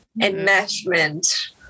Enmeshment